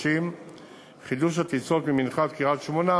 חידוש הטיסות ממנחת קריית-שמונה